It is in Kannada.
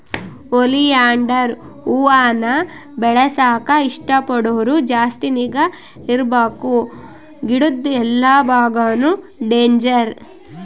ಓಲಿಯಾಂಡರ್ ಹೂವಾನ ಬೆಳೆಸಾಕ ಇಷ್ಟ ಪಡೋರು ಜಾಸ್ತಿ ನಿಗಾ ಇರ್ಬಕು ಗಿಡುದ್ ಎಲ್ಲಾ ಬಾಗಾನು ಡೇಂಜರ್